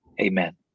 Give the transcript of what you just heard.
Amen